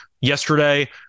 yesterday